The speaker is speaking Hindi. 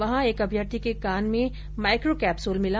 वहां एक अभ्यर्थी के कान में माइक्रो कैप्सल मिला